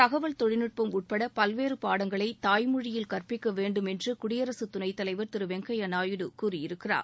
தகவல் தொழில்நட்பம் உட்பட பல்வேறு பாடங்களை தாய்மொழியில் கற்பிக்க வேன்டும் என்று குடியரசு துணைத் தலைவர் திரு வெங்கையா நாயுடு கூறியிருக்கிறார்